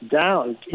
down